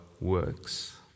works